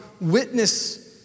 witness